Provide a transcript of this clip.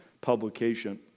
publication